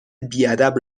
بیادب